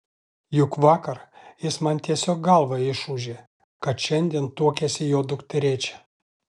juk vakar jis man tiesiog galvą išūžė kad šiandien tuokiasi jo dukterėčia